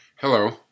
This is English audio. Hello